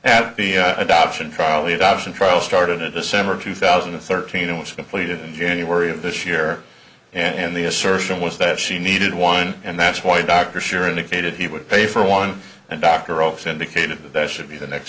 at the adoption probably adoption trial started in december two thousand and thirteen and was completed in january of this year and the assertion was that she needed one and that's why dr sure indicated he would pay for one and dr off indicated that there should be the next